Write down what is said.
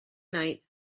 night